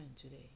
today